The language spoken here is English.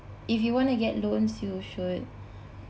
if you want to get loans you should